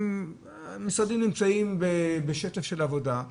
משרדים נמצאים בשטף של עבודה,